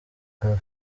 bwa